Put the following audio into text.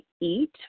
eat